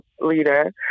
leader